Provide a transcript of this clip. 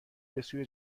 بسوی